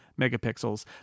megapixels